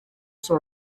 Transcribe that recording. that